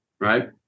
right